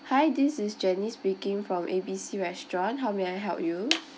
hi this is janice speaking from A B C restaurant how may I help you